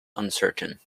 uncertain